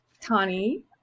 Tani